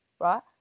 right